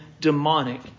demonic